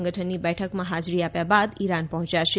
સંગઠનની બેઠકમાં હાજરી આપ્યા બાદ ઈરાન પહોંચ્યા છે